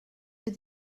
with